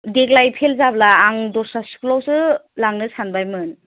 देग्लाय फेल जाब्ला आं दस्रा स्कुलावसो लांनो सानबायमोन